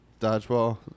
dodgeball